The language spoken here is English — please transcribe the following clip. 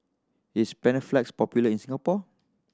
is Panaflex popular in Singapore